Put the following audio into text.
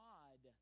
God